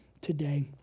today